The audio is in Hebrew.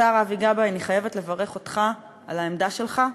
השר אבי גבאי, אני חייבת לברך אותך על העמדה שלך,